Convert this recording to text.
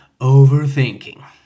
Overthinking